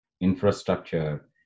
infrastructure